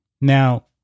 Now